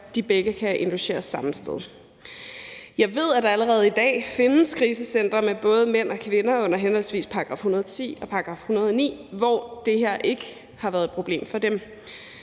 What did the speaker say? de begge kan indlogeres det samme sted. Jeg ved, at der allerede i dag findes krisecentre med både mænd og kvinder under henholdsvis § 110 og § 109, hvor det her ikke har været et problem for dem,